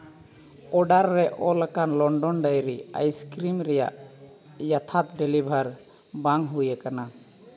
order ᱨᱮ ᱚᱞ ᱟᱠᱟᱱ ᱞᱚᱱᱰᱚᱱ ᱰᱟᱭᱨᱤ ᱟᱭᱥᱠᱨᱤᱢ ᱨᱮᱭᱟᱜ ᱡᱚᱛᱷᱟᱛ ᱰᱮᱞᱤᱵᱷᱟᱨ ᱵᱟᱝ ᱦᱩᱭ ᱟᱠᱟᱱᱟ